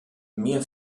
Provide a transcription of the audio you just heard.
mir